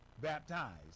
baptized